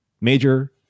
major